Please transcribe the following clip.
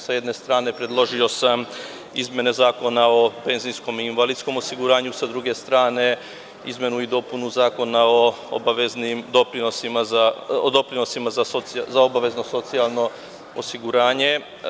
S jedne strane predložio sam izmene Zakona o penzijskom i invalidskom osiguranju, sa druge strane izmenu i dopunu Zakona o doprinosima za obavezno socijalno osiguranje.